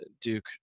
Duke